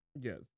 Yes